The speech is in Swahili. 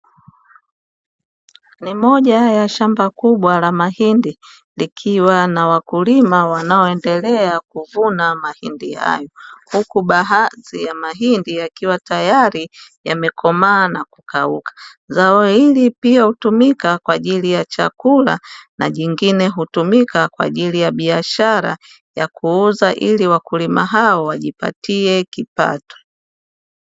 Ni moja ya shamba kubwa la mahindi likiwa na wakulima wanaoendelea kuvuna mahindi hayo, huku baadhi ya mahindi yakiwa tayari yamekomaa na kukauka. Zao hili pia hutumika kwa ajili ya chakula na jingine hutumika kwa ajili ya biashara ya kuuza ili wakulima hao wajipatie kipato.